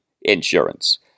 insurance